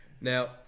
Now